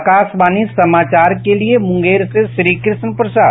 आकारवाणी समाचार के लिए मुंगेर से श्रीकृष्ण प्रसाद